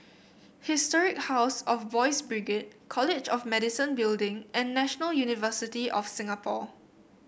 Historic House of Boys' Brigade College of Medicine Building and National University of Singapore